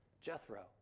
Jethro